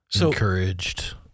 encouraged